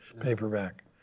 paperback